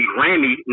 Grammy